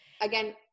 Again